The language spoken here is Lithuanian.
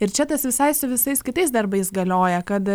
ir čia tas visai su visais kitais darbais galioja kad